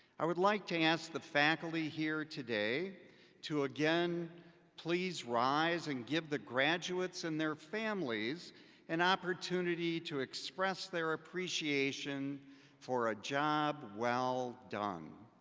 i would like to ask the faculty here today to again please rise and give the graduates and their families an opportunity to express their appreciation for a job well done.